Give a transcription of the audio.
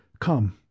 Come